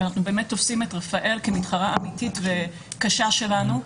אבל אנחנו באמת עושים את רפא"ל כמתחרה אמיתית וקשה שלנו.